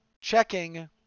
checking